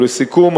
ולסיכום,